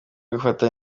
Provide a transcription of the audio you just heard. gufata